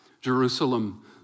Jerusalem